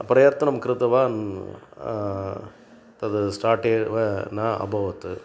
प्रयत्नं कृतवान् तद् स्टार्ट् एव न अभवत्